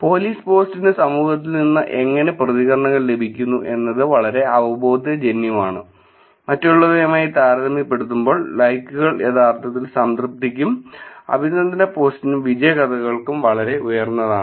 police പോസ്റ്റിന് refer സമയം 0720 സമൂഹത്തിൽ നിന്ന് എങ്ങനെ പ്രതികരണങ്ങൾ ലഭിക്കുന്നു എന്നത് വളരെ അവബോധജന്യമാണ് മറ്റുള്ളവയുമായി താരതമ്യപ്പെടുത്തുമ്പോൾ ലൈക്കുകൾ യഥാർത്ഥത്തിൽ സംതൃപ്തിക്കും അഭിനന്ദന പോസ്റ്റിനും വിജയ കഥകൾക്കും വളരെ ഉയർന്നതാണ്